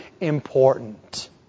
important